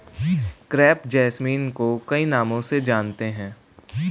crepe jasmine को कई नामों से जानते हैं